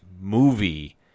movie